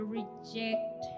reject